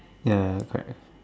ya ya correct